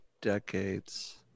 decades